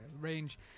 range